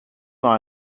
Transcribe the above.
noch